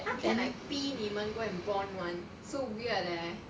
how can like 逼你们 go and bond [one] so weird eh